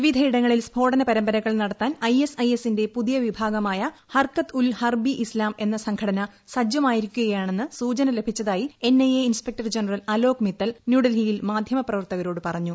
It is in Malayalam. വിവിധയിടങ്ങളിൽ സ്ഫോടനപരമ്പരകൾ നടത്താൻ ഐ എസ് ഐ എസ്സിന്റെ പുതിയ വിഭാഗമായ ഹർകത് ഉൽ ഹർബ് ഇ ഇസ്താം എന്ന സംഘടന സജ്ജമായിരിക്കുകയാണെന്ന് സൂചന ലഭിച്ചതായി N I A inspector general Alok Mittal ന്യൂഡൽഹിയിൽ മാധ്യമപ്രവർത്തകരോട് പറഞ്ഞു